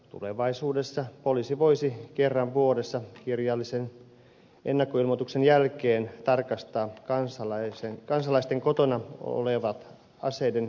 tulevaisuudessa poliisi voisi kerran vuodessa kirjallisen ennakkoilmoituksen jälkeen tarkastaa kansalaisten kotona olevat aseiden säilytystilat